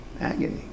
agony